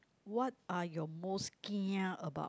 what are your most kia about